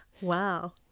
Wow